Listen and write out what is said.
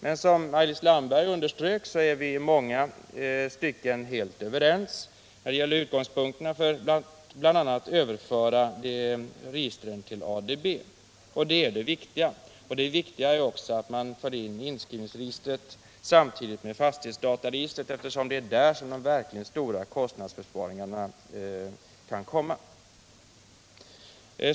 Men som Maj-Lis Landberg underströk är vi i många stycken helt överens när det gäller utgångspunkterna för bl.a. överförandet av registren till ADB. Detta är det viktiga. Väsentligt är också att vi är överens om att inskrivningsregistret förs in samtidigt med fastighetsdataregistret, eftersom det ger de verkligt stora kostnadsbesparingarna.